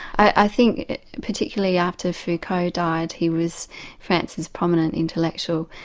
i think particularly after foucault died, he was france's prominent intellectual,